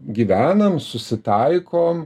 gyvenam susitaikom